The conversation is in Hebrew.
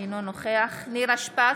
אינו נוכח נירה שפק,